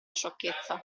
sciocchezza